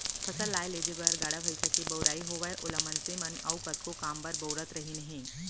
फसल लाए लेजे बर गाड़ा भईंसा के बउराई होवय ओला मनसे मन अउ कतको काम बर बउरत रहिन हें